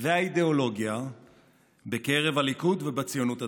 והאידיאולוגיה בקרב הליכוד ובציונות הדתית.